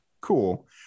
Cool